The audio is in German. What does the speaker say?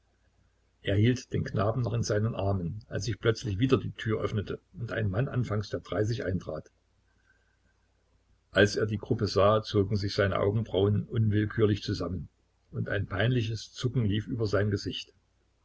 hielt den knaben noch in seinen armen als sich plötzlich wieder die tür öffnete und ein mann anfangs der dreißig eintrat als er die gruppe sah zogen sich seine augenbrauen unwillkürlich zusammen und ein peinliches zucken lief über sein gesicht